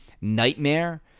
nightmare